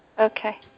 Okay